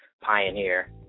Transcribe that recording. pioneer